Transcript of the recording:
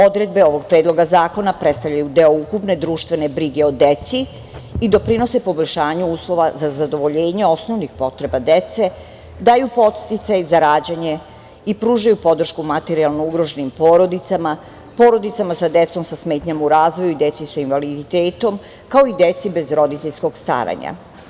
Odredbe ovog Predloga zakona predstavljaju deo ukupne društvene brige o deci i doprinose poboljšanju uslova za zadovoljenje osnovnih potreba dece, daju podsticaj za rađanje i pružaju podršku materijalno ugroženim porodicama, porodicama sa decom sa smetnjama u razvoju i deci sa invaliditetom, kao i deci bez roditeljskog staranja.